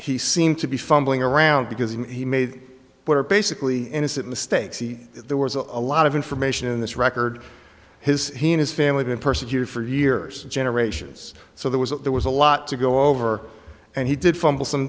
he seemed to be fumbling around because he made what are basically innocent mistakes there were a lot of information in this record his he and his family been persecuted for years generations so there was a there was a lot to go over and he did fumble some